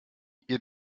ihr